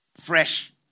fresh